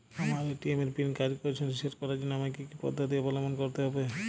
আমার এ.টি.এম এর পিন কাজ করছে না রিসেট করার জন্য আমায় কী কী পদ্ধতি অবলম্বন করতে হবে?